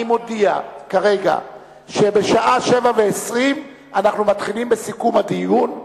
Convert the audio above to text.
אני מודיע כרגע שבשעה 07:20 אנחנו מתחילים בסיכום הדיון,